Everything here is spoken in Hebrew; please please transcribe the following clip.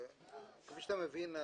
כפי שאתה מבין,